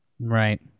Right